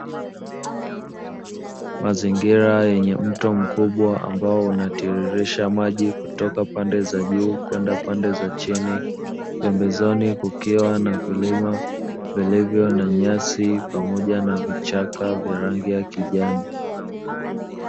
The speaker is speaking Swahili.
Mazingira yenye mto mkubwa ambao unatiririsha maji kutoka pande za juu kwenda pande za chini pembezoni kukiwa na vilima vilivyo na nyasi pamoja na vichaka vya rangi ya kijani.